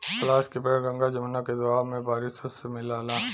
पलाश के पेड़ गंगा जमुना के दोआब में बारिशों से मिलला